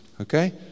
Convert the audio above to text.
Okay